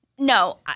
No